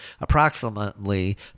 approximately